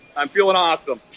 i'm feeling awesome.